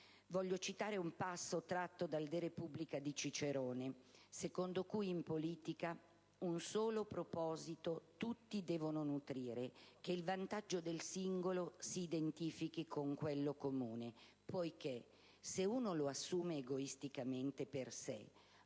vorrei citare un passo tratto dal «*De re publica*» di Cicerone, secondo cui in politica «Un solo proposito tutti devono nutrire, che il vantaggio del singolo si identifichi con quello comune, poiché se uno lo assume egoisticamente per sé